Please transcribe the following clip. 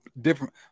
different